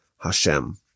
Hashem